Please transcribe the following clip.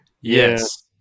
yes